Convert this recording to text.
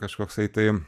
kažkoksai tai